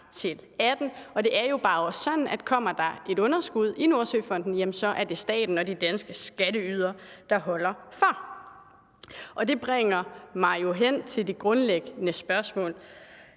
også bare sådan, at kommer der et underskud i Nordsøfonden, er det staten og de danske skatteydere, der holder for. Det bringer mig hen til det grundlæggende spørgsmål.